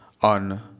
on